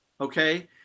okay